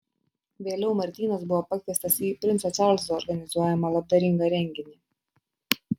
vėliau martynas buvo pakviestas į princo čarlzo organizuojamą labdaringą renginį